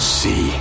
see